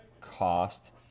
cost